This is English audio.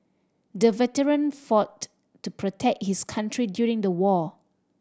the veteran fought to protect his country during the war